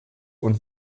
und